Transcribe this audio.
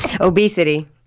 Obesity